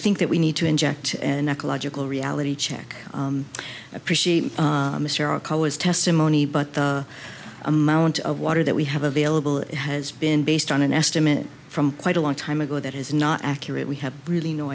think that we need to inject an ecological reality check appreciate mr our colors testimony but the amount of water that we have available has been based on an estimate from quite a long time ago that is not accurate we have really no